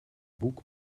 boek